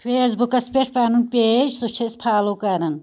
face بُکَس پٮ۪ٹھ پَنُن پٮ۪ج سُہ چھِ أسۍ فالو کران